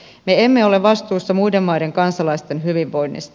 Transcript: me emme ole vastuussa muiden maiden kansalaisten hyvinvoinnista